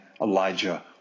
Elijah